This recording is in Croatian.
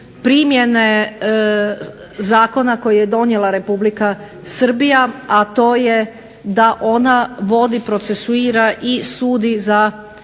primjene zakona koji je donijela Republika Srbija, a to je da ona vodi, procesuira i sudi za